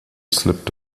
slipped